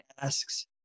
asks